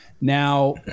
Now